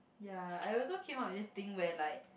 ya I also came up with this thing where like